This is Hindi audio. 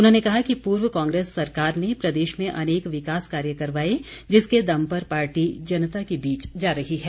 उन्होंने कहा कि पूर्व कांग्रेस सरकार ने प्रदेश में अनेक विकास कार्य करवाए जिसके दम पर पार्टी जनता के बीच जा रही है